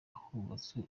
hubatswe